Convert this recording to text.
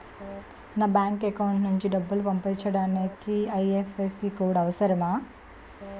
నా bank account నుంచి డబ్బు పంపించడానికి ఐ.ఎఫ్.ఎస్.సి కోడ్ అవసరమా?